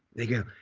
they go,